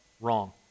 wrong